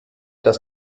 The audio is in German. das